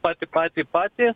pati patį patį